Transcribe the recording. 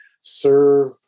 serve